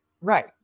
Right